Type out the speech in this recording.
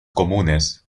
comunes